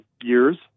years